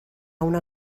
una